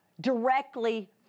directly